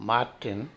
Martin